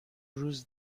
روز